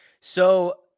So-